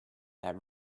that